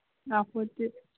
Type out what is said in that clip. ꯌꯥꯄꯣꯠꯇꯦ